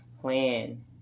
Plan